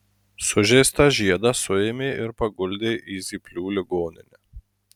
sužeistą žiedą suėmė ir paguldė į zyplių ligoninę